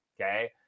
Okay